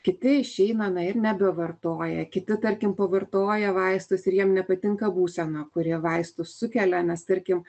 kiti išeina na ir nebevartoja kiti tarkim pavartoja vaistus ir jiem nepatinka būsena kuri vaistų sukelia nes tarkim